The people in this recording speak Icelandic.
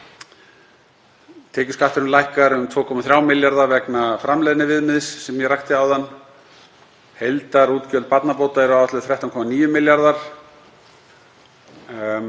tekjuskatturinn lækkaður um 2,3 milljarða vegna framleiðniviðmiðs sem ég rakti áðan. Heildarútgjöld barnabóta eru áætluð 13,9 milljarðar.